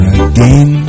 again